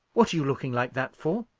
what are you looking like that for?